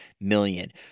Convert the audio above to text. million